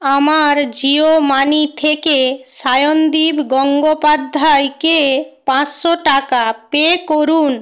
আমার জিও মানি থেকে সায়নদীপ গঙ্গোপাধ্যায়কে পাঁচশো টাকা পে করুন